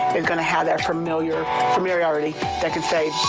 and going to have that familiar familiarity that can say,